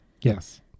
Yes